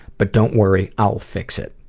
but don't worry, i'll fix it.